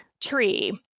tree